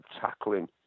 tackling